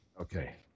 Okay